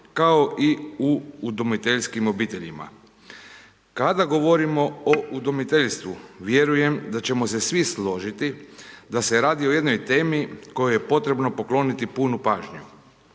kao i u udomiteljskim obiteljima. Kako govorimo o udomiteljstvu, vjerujem da ćemo se svi složiti, da se radi o jednoj temi kojoj je potrebno pokloniti punu pažnju.